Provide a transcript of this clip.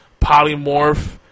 polymorph